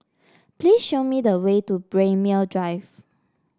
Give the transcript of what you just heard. please show me the way to Braemar Drive